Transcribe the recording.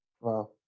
Wow